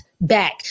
back